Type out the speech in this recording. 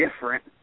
different